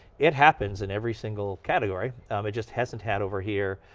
it happens in every single category. um it just hasn't had over here,